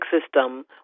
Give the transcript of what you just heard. system